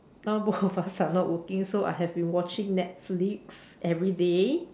now both of us are not working so I have been watching netflix everyday